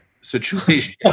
situation